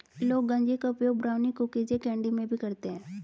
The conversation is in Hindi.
लोग गांजे का उपयोग ब्राउनी, कुकीज़ या कैंडी में भी करते है